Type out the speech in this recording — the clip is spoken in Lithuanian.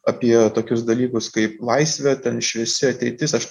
apie tokius dalykus kaip laisvė ten šviesi ateitis aš